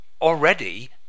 already